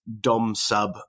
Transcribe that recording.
dom/sub